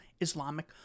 Islamic